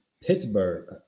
Pittsburgh